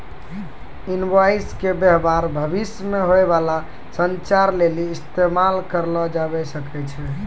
invoice के व्य्वहार भविष्य मे होय बाला संचार लेली इस्तेमाल करलो जाबै सकै छै